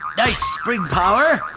nice spring power.